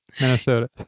Minnesota